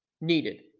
needed